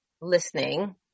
listening